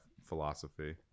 philosophy